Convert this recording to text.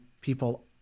people